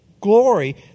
glory